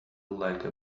like